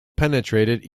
penetrated